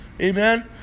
Amen